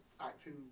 acting